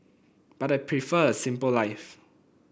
but I prefer a simple life